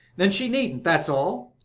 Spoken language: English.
then she needn't, that's all!